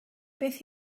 beth